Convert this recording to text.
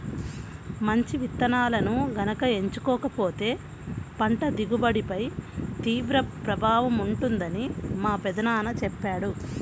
మంచి విత్తనాలను గనక ఎంచుకోకపోతే పంట దిగుబడిపై తీవ్ర ప్రభావం ఉంటుందని మా పెదనాన్న చెప్పాడు